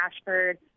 Ashford